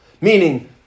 Meaning